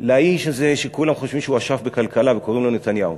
לאיש הזה שכולם חושבים שהוא אשף בכלכלה וקוראים לו נתניהו.